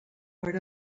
per